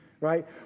right